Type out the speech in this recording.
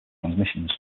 transmissions